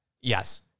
Yes